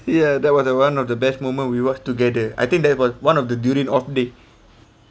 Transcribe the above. ya that was the one of the best moment we work together I think that was one of the duty off day